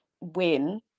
win